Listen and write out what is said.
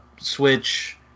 Switch